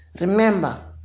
Remember